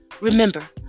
Remember